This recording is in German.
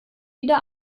wieder